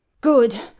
good